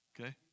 Okay